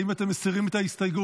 האם אתם מסירים את ההסתייגות?